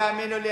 תאמינו לי,